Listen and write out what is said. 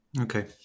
Okay